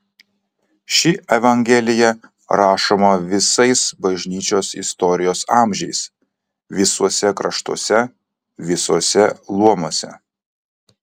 ši evangelija rašoma visais bažnyčios istorijos amžiais visuose kraštuose visuose luomuose